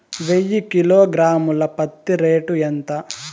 వెయ్యి కిలోగ్రాము ల పత్తి రేటు ఎంత?